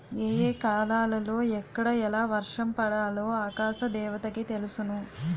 ఏ ఏ కాలాలలో ఎక్కడ ఎలా వర్షం పడాలో ఆకాశ దేవతకి తెలుసును